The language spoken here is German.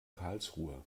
karlsruhe